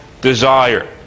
desire